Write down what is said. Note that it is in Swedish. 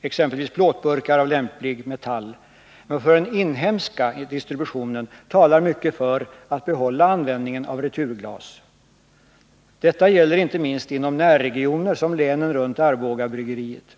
exempelvis plåtburkar av lämplig metall, men för den inhemska distributionen talar mycket för att man behåller användningen av returglas. Detta gäller inte minst närregioner, såsom länen runt Arbogabryggeriet.